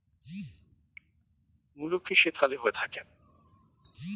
মূলো কি শীতকালে হয়ে থাকে?